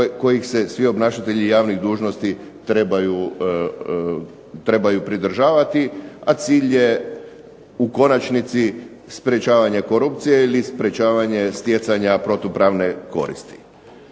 kojih se svi obnašatelji javnih dužnosti trebaju pridržavati, a cilj je u konačnici sprječavanje korupcije ili sprječavanje stjecanja protupravne koristi.